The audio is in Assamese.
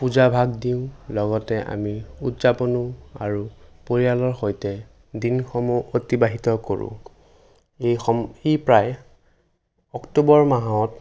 পূজাভাগ দিওঁ লগতে আমি উদযাপনো আৰু পৰিয়ালৰ সৈতে দিনসমূহ অতিবাহিত কৰোঁ ই প্ৰায় অক্টোবৰ মাহত